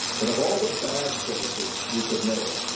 but of all the bad choices we could make,